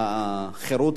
זכות ההתאגדות,